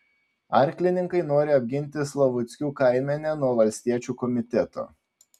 arklininkai nori apginti slavuckių kaimenę nuo valstiečių komiteto